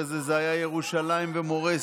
אחרי זה היה ירושלים ומסורת,